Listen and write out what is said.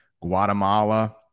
Guatemala